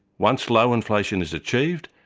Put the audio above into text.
once low inflation is achieved,